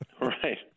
Right